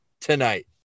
tonight